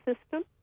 system